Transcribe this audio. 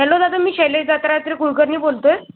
hello दादा मी शैलेश दत्रात्रय कुळकर्नी बोलतो आहे